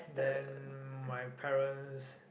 then my parents